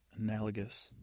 analogous